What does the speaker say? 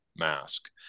Mask